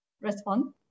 respond